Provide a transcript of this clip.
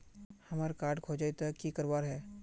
हमार कार्ड खोजेई तो की करवार है?